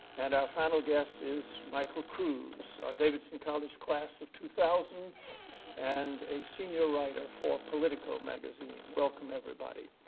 and our final guest is michael kruse, davidson college class of two thousand and a senior writer for politico magazine. welcome, everybody.